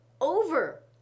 over